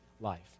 life